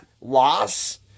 loss